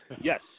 Yes